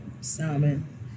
salmon